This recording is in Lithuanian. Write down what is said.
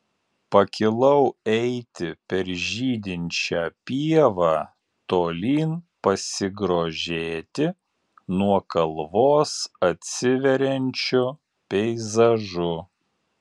pakilau eiti per žydinčią pievą tolyn pasigrožėti nuo kalvos atsiveriančiu peizažu